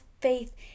faith